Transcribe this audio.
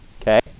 Okay